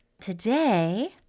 today